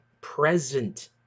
present